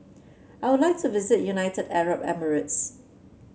I would like to visit United Arab Emirates